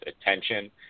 attention